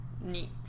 neat